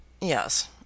Yes